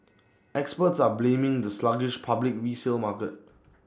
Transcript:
experts are blaming the sluggish public resale market